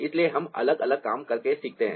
इसलिए हम अलग अलग काम करके सीखते हैं